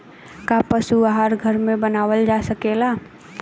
का पशु आहार घर में बनावल जा सकेला?